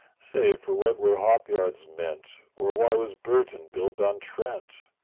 say, for what were hop-yards meant, or why was burton built on trent?